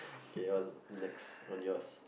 okay what's next on yours